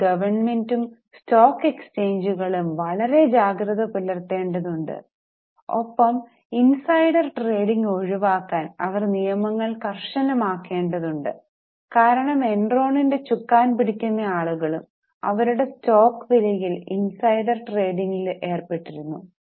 അപ്പോൾ ഗവൺമെന്റും സ്റ്റോക്ക് എക്സ്ചേഞ്ചുകളും വളരെ ജാഗ്രത പാലിക്കേണ്ടതുണ്ട് ഒപ്പം ഇൻസൈഡർ ട്രേഡിംഗ് ഒഴിവാക്കാൻ അവർ നിയമങ്ങൾ കർശനമാക്കേണ്ടതുണ്ട് കാരണം എൻറോണിന്റെ ചുക്കാൻ പിടിക്കുന്ന ആളുകളും അവരുടെ സ്റ്റോക്ക് വിലയിൽ ഇൻസൈഡർ ട്രേഡിംഗിൽ ഏർപ്പെട്ടിരുന്നു